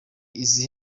izi